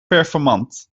performant